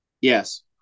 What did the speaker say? Yes